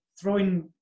throwing